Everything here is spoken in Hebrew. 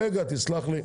רגע, תסלח לי.